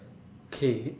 K